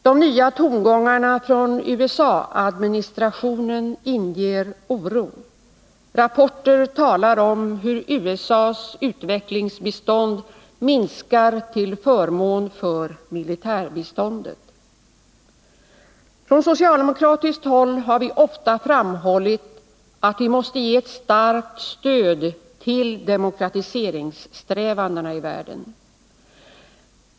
De nya tongångarna från USA-administrationen inger oro. Rapporter talar om hur USA:s utvecklingsbistånd minskar till förmån för militärbiståndet. Från socialdemokratiskt håll har vi ofta framhållit att vi måste ge ett starkt stöd till demokratiseringssträvandena i världen.